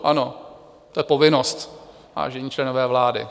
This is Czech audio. Ano, to je povinnost, vážení členové vlády.